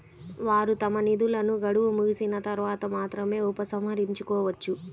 వారు తమ నిధులను గడువు ముగిసిన తర్వాత మాత్రమే ఉపసంహరించుకోవచ్చు